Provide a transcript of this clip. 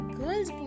girl's